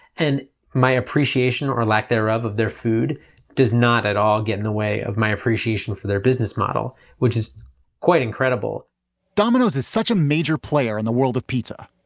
and my appreciation, or lack thereof of their food does not at all get in the way of my appreciation for their business model, which is quite incredible domino's is such a major player in the world of pizza,